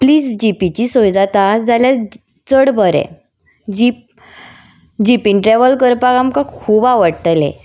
please जिपीची सोय जाता जाल्यार चड बरें जीप जिपीन ट्रॅवल करपाक आमकां खूब आवडटलें